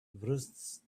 wrists